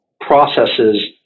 processes